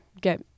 get